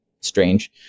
strange